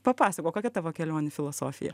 papasakok kokia tavo kelionių filosofija